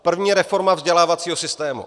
První reforma vzdělávacího systému.